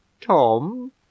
Tom